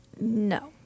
No